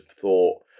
thought